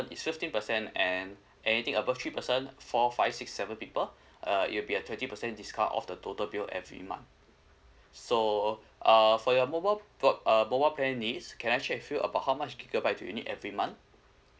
is fifteen percent and anything above three person four five six seven people uh it'll be a twenty percent discount off the total bill every month so uh for your mobile broad uh mobile plan needs can I check with you about how much gigabyte do you need every month